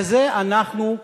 לזה אנחנו,